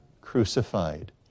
crucified